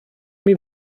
imi